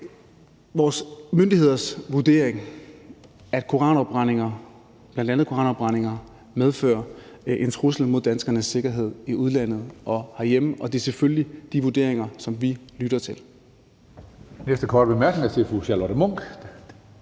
vores myndigheders vurdering, at bl.a. koranafbrændinger medfører en trussel mod danskernes sikkerhed i udlandet og herhjemme, og det er selvfølgelig de vurderinger, som vi lytter til.